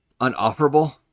Unoperable